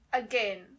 again